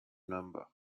number